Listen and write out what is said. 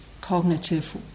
cognitive